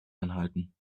anhalten